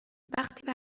وقتی